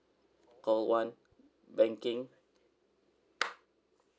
call one banking